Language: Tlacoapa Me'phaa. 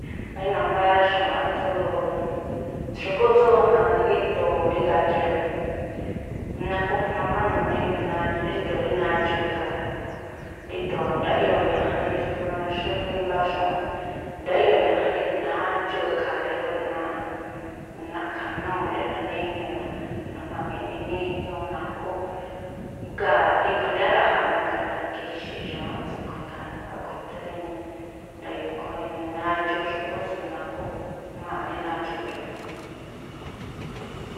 Wéno̱, mbáá xu̱wáánꞌ tsú, xu̱kúꞌ tsú gíꞌdoo rí gagi rá mí, nakujma má numuu rí ríndo̱o rí nadxuu̱ ikhaa̱ rá po ríndo̱o ndaꞌyoo̱ ña̱ꞌjanye es komo xú rí mbáá xu̱wáánꞌ, ndaꞌyoo̱ ña̱janye, nadxuu̱ e̱ꞌkha̱a̱le rúꞌ. na̱ꞌkha̱núu̱le, nanújŋuii̱, naꞌnu̱jma mini̱ꞌ níjñúú, nakhúú, jngáa̱ ríꞌkhui̱ ndayáraꞌjaa̱ mangaa, naki̱xi̱i̱ xu̱wáánꞌ tsúꞌkhui̱, ngáa̱ a̱ꞌkhui̱ eꞌthá rí nda̱yo̱o̱ ikhúún rí nadxuu xu̱kúꞌ skui̱, nakujmaa̱ rí nadxuu̱ rá mí.